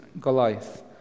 goliath